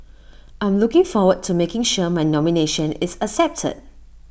I'm looking forward to making sure my nomination is accepted